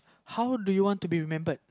how do you want to be remembered